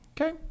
Okay